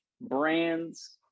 Brands